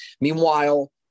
Meanwhile